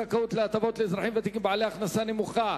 זכאות להטבות לאזרחים ותיקים בעלי הכנסה נמוכה),